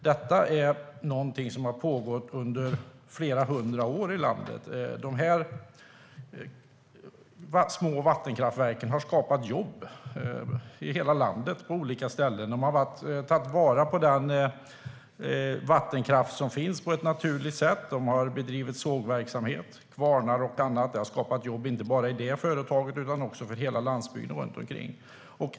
Sådan verksamhet har pågått i landet under flera hundra år och tagit vara på den vattenkraft som finns på ett naturligt sätt. Det har bedrivits sågverksamhet, kvarnar och annat, vilket har skapat jobb inte bara i det företaget utan också för hela landsbygden runt omkring.